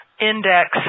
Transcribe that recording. index